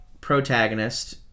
protagonist